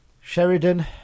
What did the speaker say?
Sheridan